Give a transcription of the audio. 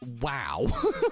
Wow